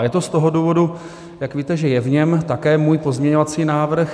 A je to z toho důvodu, jak víte, že je v něm také můj pozměňovací návrh.